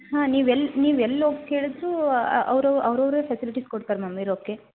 ಹಾ ನೀವು ಎಲ್ಲಿ ನೀವು ಎಲ್ಲೋಗಿ ಕೇಳಿದರೂ ಅವರು ಅವ್ರು ಅವರೇ ಫೆಸಿಲಿಟಿಸ್ ಕೊಡ್ತಾರೆ ಮ್ಯಾಮ್ ಇರೋಕ್ಕೆ